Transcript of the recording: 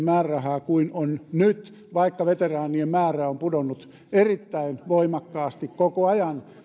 määrärahaa kuin on nyt vaikka veteraanien määrä on pudonnut erittäin voimakkaasti koko ajan